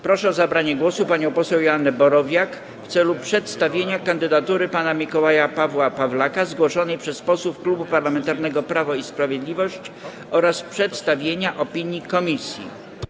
Proszę o zabranie głosu panią poseł Joannę Borowiak w celu przedstawienia kandydatury pana Mikołaja Pawła Pawlaka zgłoszonej przez posłów Klubu Parlamentarnego Prawo i Sprawiedliwość oraz przedstawienia opinii komisji.